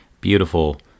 beautiful